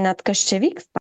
net kas čia vyksta